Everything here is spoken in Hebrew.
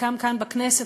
חלקם כאן בכנסת,